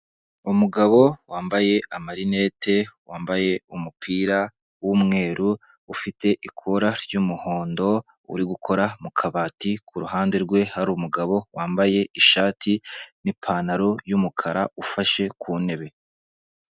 Umugabo wambaye amarinete, wambaye umupira w'umweru ufite ikora ry'umuhondo, uri gukora mu kabati, ku ruhande rwe hari umugabo, wambaye ishati n'ipantaro y'umukara, ufashe ku ntebe.